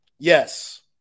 Yes